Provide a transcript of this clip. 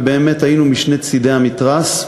ובאמת היינו משני צדי המתרס,